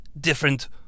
different